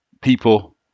people